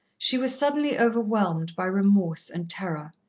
she was suddenly overwhelmed by remorse and terror.